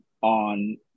on